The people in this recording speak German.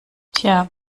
tja